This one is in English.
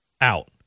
out